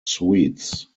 suites